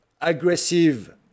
aggressive